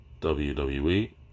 WWE